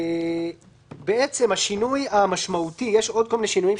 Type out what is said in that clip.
יש עוד כמה שינויים,